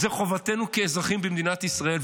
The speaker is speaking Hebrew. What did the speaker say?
זו חובתנו כאזרחים במדינת ישראל.